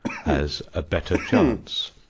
has a better chance.